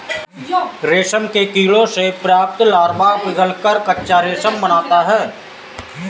रेशम के कीड़ों से प्राप्त लार्वा पिघलकर कच्चा रेशम बनाता है